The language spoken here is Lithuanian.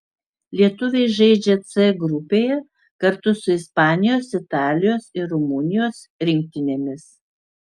lietuviai žaidžia c grupėje kartu su ispanijos italijos ir rumunijos rinktinėmis